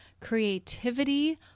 creativity